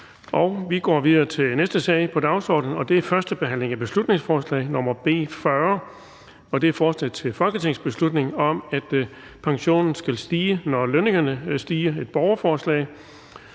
--- Det næste punkt på dagsordenen er: 17) 1. behandling af beslutningsforslag nr. B 40: Forslag til folketingsbeslutning om, at pensionen skal stige, når lønningerne stiger (borgerforslag).